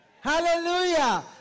Hallelujah